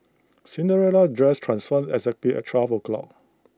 Cinderella's dress transformed exactly at twelve o'clock